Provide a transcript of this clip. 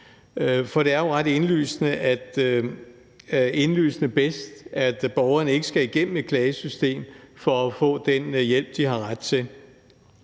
for det er jo ret indlysende bedst, at borgeren ikke skal igennem et klagesystem for at få den hjælp, de har ret til.